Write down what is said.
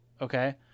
Okay